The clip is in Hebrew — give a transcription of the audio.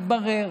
מתברר,